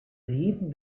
reden